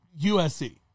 USC